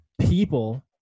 people